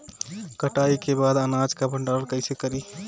कटाई के बाद अनाज का भंडारण कईसे करीं?